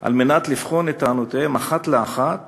על מנת לבחון את טענותיהן אחת לאחת